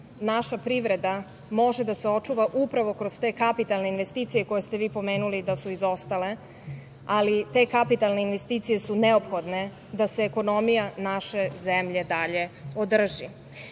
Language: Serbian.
Naša privreda može da se očuva upravo kroz te kapitalne investicije koje ste vi pomenuli da su izostale, ali te kapitalne investicije su neophodne da se ekonomija naše zemlje dalje održi. Ono